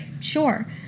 sure